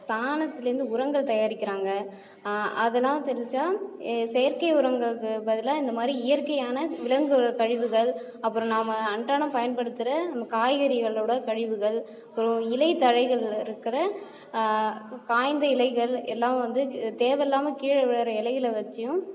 சாணத்திலேர்ந்து உரங்கள் தயாரிக்கிறாங்க அதெல்லாம் தெளிச்சால் எ செயற்கை உரங்களுக்கு பதிலாக இந்தமாதிரி இயற்கையான விலங்குகள் கழிவுகள் அப்புறம் நாம் அன்றாடம் பயன்படுத்துகிற நம்ம காய்கறிகளோடய கழிவுகள் அப்புறம் இலை தழைகளில் இருக்கிற காய்ந்த இலைகள் எல்லாம் வந்து தேவையில்லாமல் கீழே விழுகிற இலைகளை வச்சுயும்